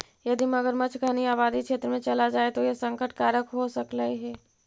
यदि मगरमच्छ घनी आबादी क्षेत्र में चला जाए तो यह संकट कारक हो सकलई हे